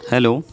hello